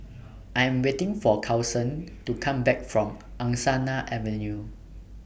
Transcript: I Am waiting For Carson to Come Back from Angsana Avenue